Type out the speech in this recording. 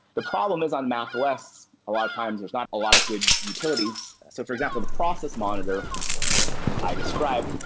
the problem is, on mac os, a lot of times there's not a lot of good utilities. so for example, the process monitor i described,